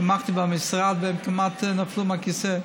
תמכתי במשרד, והם כמעט נפלו מהכיסא,